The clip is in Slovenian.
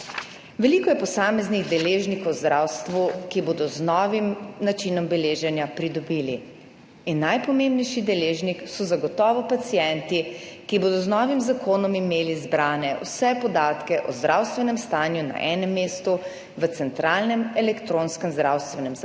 Veliko je posameznih deležnikov v zdravstvu, ki bodo z novim načinom beleženja pridobili in najpomembnejši deležnik so zagotovo pacienti, ki bodo z novim zakonom imeli zbrane vse podatke o zdravstvenem stanju na enem mestu, v centralnem elektronskem zdravstvenem zapisu